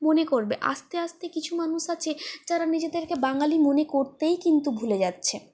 মনে করবে আস্তে আস্তে কিছু মানুষ আছে যারা নিজেদেরকে বাঙালি মনে করতেই কিন্তু ভুলে যাচ্ছে